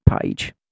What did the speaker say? page